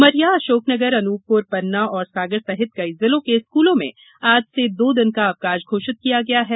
उमरिया अशोकनगर पन्ना और सागर सहित कई जिलों के स्कूलों में आज से दो दिन का अवकाश घोषित किया गया है